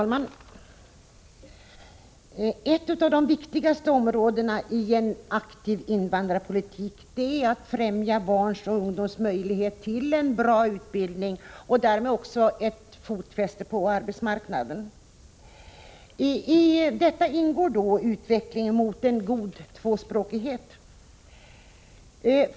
Fru talman! Ett av de viktigaste områdena i en aktiv invandrarpolitik är att främja barns och ungdomars möjlighet till en god utbildning och därmed också deras möjlighet att få fotfäste på arbetsmarknaden. I detta ingår utvecklingen mot en god tvåspråkighet.